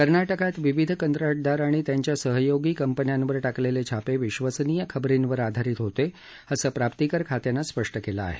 कर्नाटकात विविध कंत्राटदार आणि त्यांच्या सहयोगी कंपन्यांवर टाकलेले छापे विश्वसनीय खबरींवर आधारित होते असं प्राप्तीकर खात्यानं स्पष्ट केलं आहे